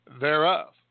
thereof